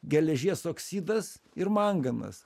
geležies oksidas ir mangamas